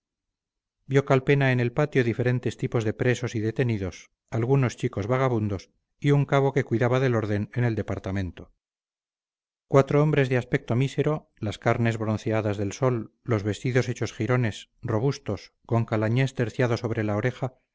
vio calpena en el patio diferentes tipos de presos y detenidos algunos chicos vagabundos y un cabo que cuidaba del orden en el departamento cuatro hombres de aspecto mísero las carnes bronceadas del sol los vestidos hechos jirones robustos con calañés terciado sobre la oreja